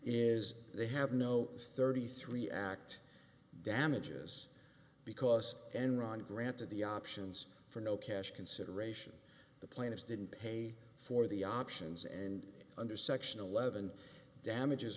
is they have no thirty three act damages because enron granted the options for no cash consideration the plaintiffs didn't pay for the options and under section eleven damages